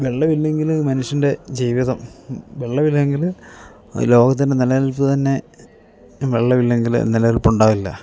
വെള്ളമില്ലെങ്കിൽ മനുഷ്യൻ്റെ ജീവിതം വെള്ളമില്ലെങ്കിൽ ലോകത്തിൻ്റെ നിലനിൽപ്പ് തന്നെ വെള്ളമില്ലെങ്കിൽ നിലനിൽപ്പ് ഉണ്ടാകില്ല